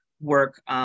work